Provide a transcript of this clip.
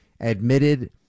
admitted